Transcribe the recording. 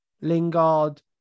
Lingard